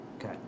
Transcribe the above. Okay